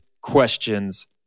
questions